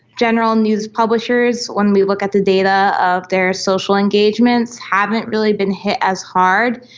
general news publishers, when we look at the data of their social engagements, haven't really been hit as hard,